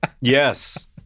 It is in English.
Yes